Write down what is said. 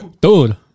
Dude